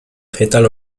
fetal